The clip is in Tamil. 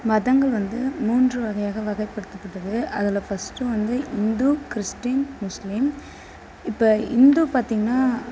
மதங்கள் வந்து மூன்று வகையாக வகைப்படுத்தப்பட்டது அதில் ஃபஸ்ட்டு வந்து இந்து கிறிஸ்டின் முஸ்லீம் இப்போ இந்து பார்த்திங்கன்னா